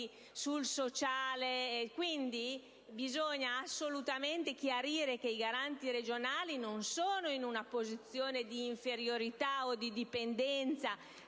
sul sociale. Quindi, bisogna assolutamente chiarire che i Garanti regionali non sono in una posizione di inferiorità o di dipendenza